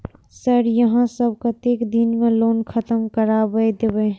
Sir यहाँ सब कतेक दिन में लोन खत्म करबाए देबे?